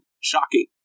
Shocking